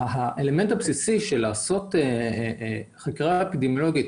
האלמנט הבסיסי של לעשות חקירה אפידמיולוגית